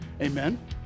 Amen